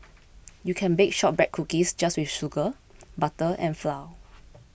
you can bake Shortbread Cookies just with sugar butter and flour